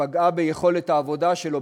ופגעה ביכולת העבודה שלו,